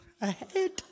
ahead